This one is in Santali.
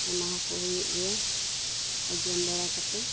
ᱮᱢᱟᱣ ᱟᱠᱚ ᱦᱩᱭᱩᱜ ᱜᱮᱭᱟ ᱟᱨ ᱡᱚᱢ ᱵᱟᱲᱟ ᱠᱟᱛᱮ